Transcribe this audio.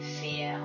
fear